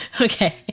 Okay